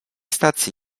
stacji